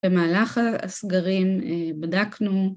במהלך הסגרים בדקנו